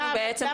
למה את אומרת לא?